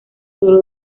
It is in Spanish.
solo